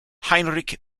heinrich